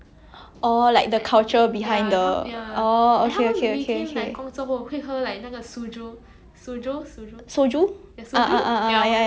suju ah ah yeah yeah yeah